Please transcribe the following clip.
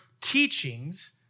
teachings